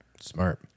Smart